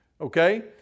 Okay